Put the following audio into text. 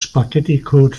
spaghetticode